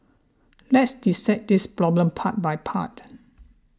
let's dissect this problem part by part